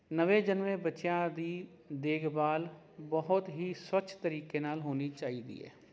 ਨਵੇਂ ਜਨਮੇ ਬੱਚਿਆਂ ਦੀ ਦੇਖਭਾਲ ਬਹੁਤ ਹੀ ਸਵੱਛ ਤਰੀਕੇ ਨਾਲ ਹੋਣੀ ਚਾਹੀਦੀ ਹੈ